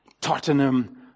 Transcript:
Tottenham